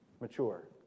mature